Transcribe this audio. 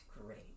great